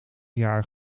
jaar